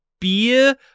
beer